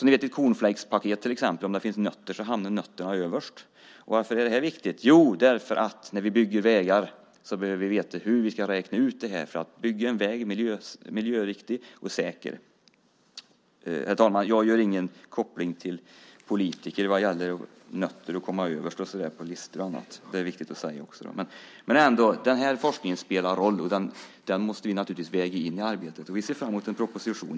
I ett cornflakespaket hamnar som ni vet nötterna överst. Varför är det här viktigt? Jo, därför att när vi bygger vägar behöver vi veta hur vi ska räkna ut detta för att bygga en väg miljöriktig och säker. Herr talman! Jag gör ingen koppling till politiker vad gäller nötter och att komma överst på listor och annat. Det är också viktigt att säga. Men den här forskningen spelar roll och den måste vi naturligtvis väga in i arbetet. Vi ser fram mot en proposition.